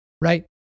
right